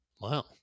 Wow